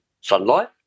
sunlight